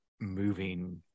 moving